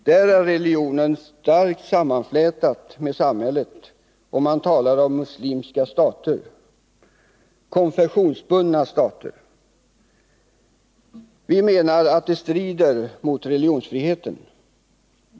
Där är religionen starkt sammanflätad med samhället, och man talar om muslimska stater, koncessionsbundna stater. Vi menar att det strider mot religionsfriheten.